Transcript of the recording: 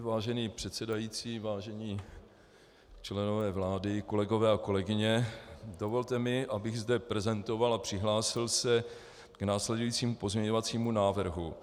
Vážený pane předsedající, vážení členové vlády, kolegové a kolegyně, dovolte mi, abych zde prezentoval a přihlásil se k následujícímu pozměňovacímu návrhu.